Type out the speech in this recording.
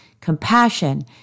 compassion